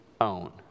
own